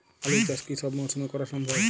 আলু চাষ কি সব মরশুমে করা সম্ভব?